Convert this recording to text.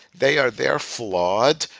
they are there flawed.